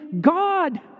god